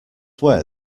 where